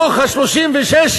מתוך ה-36,